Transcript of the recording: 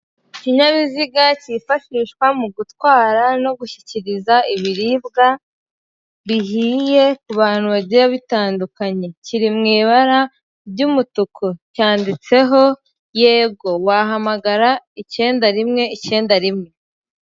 Ikinyabiziga kifashishwa mu gutwara gushyikiriza ibiribwa bihiye ku bantu bagiye batandukanye, kiri mu ibara ry'umutuku cyanditseho yego, wahamagara icyenda rimwe icyenda rimwe.